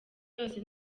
yose